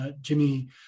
Jimmy